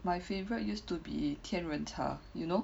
my favourite used to be 天仁茶 you know